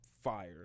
Fire